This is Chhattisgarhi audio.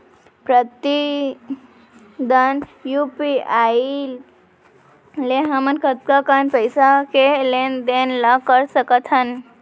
प्रतिदन यू.पी.आई ले हमन कतका कन पइसा के लेन देन ल कर सकथन?